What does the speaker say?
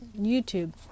YouTube